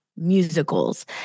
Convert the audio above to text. musicals